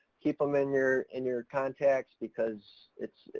keep them in your, in your contacts, because it's,